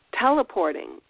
teleporting